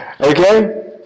Okay